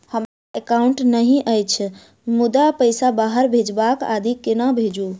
हमरा एकाउन्ट नहि अछि मुदा पैसा बाहर भेजबाक आदि केना भेजू?